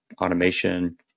automation